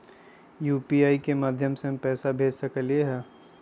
UPI के माध्यम से हम पैसा भेज सकलियै ह?